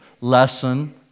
lesson